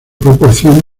proporción